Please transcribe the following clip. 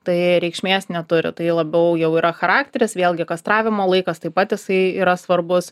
tai reikšmės neturi tai labiau jau yra charakteris vėlgi kastravimo laikas taip pat jisai yra svarbus